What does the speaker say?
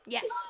Yes